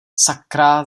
sakra